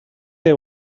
they